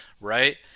right